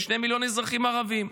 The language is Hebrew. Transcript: לשני מיליון אזרחים ערבים.